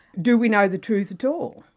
do we know the truth at all?